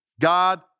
God